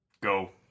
Go